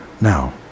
Now